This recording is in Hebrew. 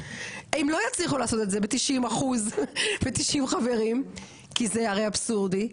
הם לא יצליחו לעשות את זה ב-90% ב- 90 חברים כי זה הרי אבסורדי,